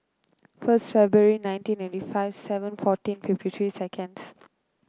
first February nineteen eighty five seven fourteen fifty three seconds